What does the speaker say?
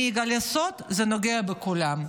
אני אגלה סוד, זה נוגע לכולם.